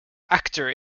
actor